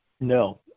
No